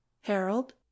harold